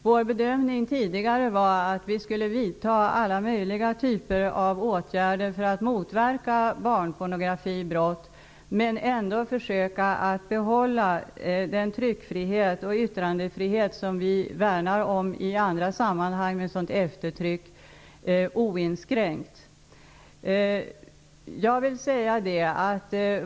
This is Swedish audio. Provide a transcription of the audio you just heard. Vår bedömning var tidigare att vi skulle vidta alla möjliga typer av åtgärder för att motverka barnpornografibrott, men ändå försöka att behålla den tryckfrihet och yttrandefrihet som vi med sådant eftertryck värnar om i andra sammanhang oinskränkt.